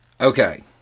Okay